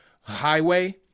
highway